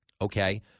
Okay